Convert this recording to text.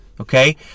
Okay